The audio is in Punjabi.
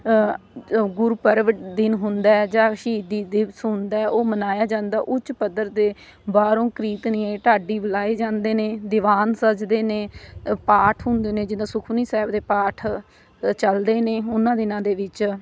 ਗੁਰਪੁਰਬ ਦਿਨ ਹੁੰਦਾ ਜਾਂ ਸ਼ਹੀਦੀ ਦਿਵਸ ਹੁੰਦਾ ਉਹ ਮਨਾਇਆ ਜਾਂਦਾ ਉੱਚ ਪੱਧਰ ਦੇ ਬਾਹਰੋਂ ਕੀਰਤਨੀਏ ਢਾਡੀ ਬੁਲਾਏ ਜਾਂਦੇ ਨੇ ਦੀਵਾਨ ਸੱਜਦੇ ਨੇ ਪਾਠ ਹੁੰਦੇ ਨੇ ਜਿੱਦਾਂ ਸੁਖਮਨੀ ਸਾਹਿਬ ਦੇ ਪਾਠ ਚੱਲਦੇ ਨੇ ਉਹਨਾਂ ਦਿਨਾਂ ਦੇ ਵਿੱਚ